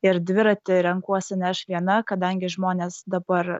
ir dviratį renkuosi ne aš viena kadangi žmonės dabar